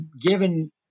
given